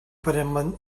per